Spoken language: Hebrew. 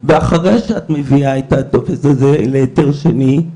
ואחרי שאת מביאה את הטופס הזה להיתר שני,